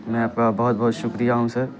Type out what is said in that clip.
میں آپ کا بہت بہت شکریہ ہوں سر